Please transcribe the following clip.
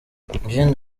gen